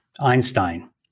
Einstein